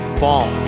fall